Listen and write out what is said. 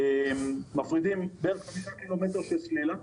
זה חמישה קילומטר של סלילה.